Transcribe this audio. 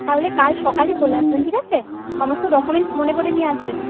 তাহলে কাল সকালে চলে আসবেন ঠিক আছে সমস্ত ডকুমেন্ট মনে করে নিয়ে আসবেন